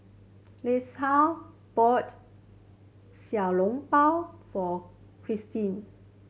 Iesha bought Xiao Long Bao for Cyndi